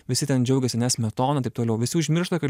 visi ten džiaugiasi ane smetona taip toliau visi užmiršta kad